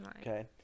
okay